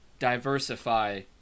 diversify